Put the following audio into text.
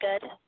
good